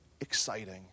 exciting